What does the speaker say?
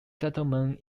settlement